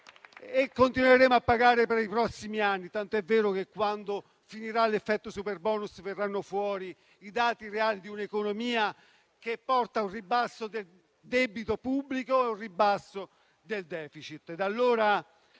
che continueremo a pagare per i prossimi anni; tant'è vero che, quando finirà l'effetto del superbonus, verranno fuori i dati reali di un'economia che porta a un ribasso del debito pubblico e del *deficit*.